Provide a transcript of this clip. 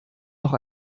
noch